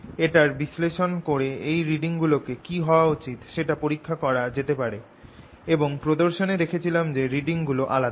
এটার বিশ্লেষণ করে এই রিডিং গুলো কী হওয়া উচিত সেটা পরীক্ষা করা যেতে পারে এবং প্রদর্শনে দেখেছিলাম যে রিডিং গুলো আলদা